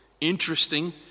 interesting